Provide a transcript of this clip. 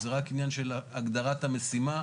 זה רק עניין של הגדרת המשימה.